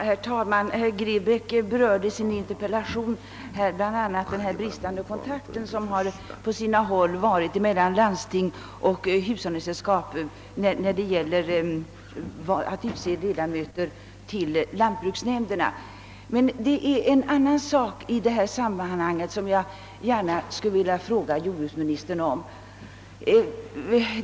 Herr talman! Herr Grebäck har i sin interpellation bl.a. berört den på sina håll bristande kontakten mellan landstingen och hushållningssällskapen vid val av ledamöter till lantbruksnämnderna, men det är en annan sak som jag i detta sammanhang gärna vill fråga jordbruksministern om.